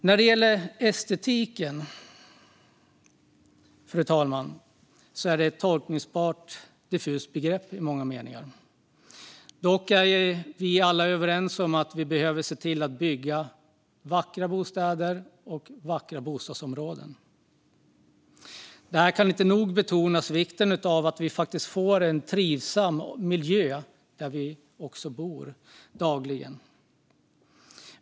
När det gäller estetiken, fru talman, är detta ett tolkbart och diffust begrepp i många avseenden. Vi är dock alla överens om att vi behöver se till att bygga vackra bostäder och bostadsområden. Vikten av att vi får en trivsam daglig miljö där vi bor kan inte nog betonas.